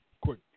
quick